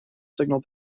signal